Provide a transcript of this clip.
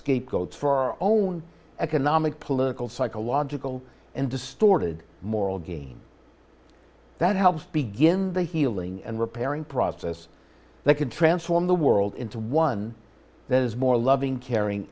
scapegoat for our own economic political psychological and distorted moral gain that helps begin the healing and repairing process that can transform the world into one that is more loving caring